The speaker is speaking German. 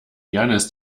jannis